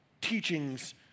teachings